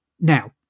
Now